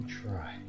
try